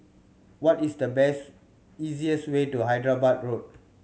what is the best easiest way to Hyderabad Road